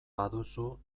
baduzu